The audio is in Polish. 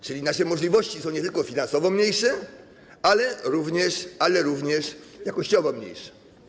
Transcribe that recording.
Czyli nasze możliwości są nie tylko finansowo mniejsze, ale również jakościowo mniejsze.